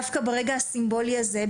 דווקא ברגע הסימבולי הזה,